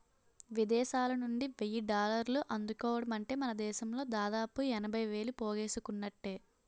విదేశాలనుండి వెయ్యి డాలర్లు అందుకోవడమంటే మనదేశంలో దాదాపు ఎనభై వేలు పోగేసుకున్నట్టే